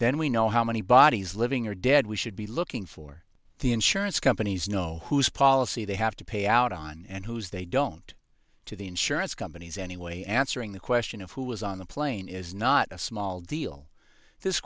then we know how many bodies living or dead we should be looking for the insurance companies know whose policy they have to pay out on and whose they don't to the insurance companies anyway answering the question of who was on the plane is not a small deal this